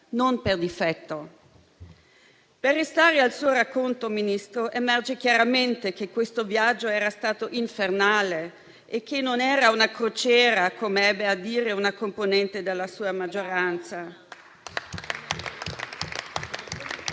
non per difetto. Per restare al suo racconto, Ministro, emerge chiaramente che questo viaggio era stato infernale e che non era una crociera, come ebbe a dire una componente della sua maggioranza.